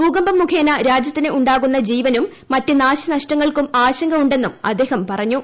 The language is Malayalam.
ഭൂകമ്പം മുഖേന രാജ്യത്തിന് ഉണ്ടാകുന്ന ജീവനും മറ്റ് നാശനഷ്ടങ്ങൾക്കും ആശങ്ക ഉണ്ടെന്നും അദ്ദേഹം പറഞ്ഞു